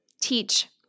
teach